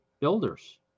builders